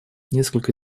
несколько